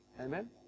Amen